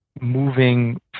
moving